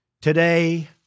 Today